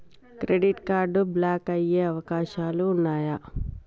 Credit card block అయ్యే అవకాశాలు ఉన్నయా?